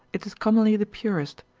it is commonly the purest,